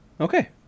Okay